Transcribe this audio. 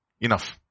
enough